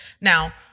Now